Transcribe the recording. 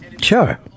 Sure